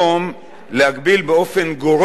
להגביל באופן גורף.